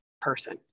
person